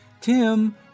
Tim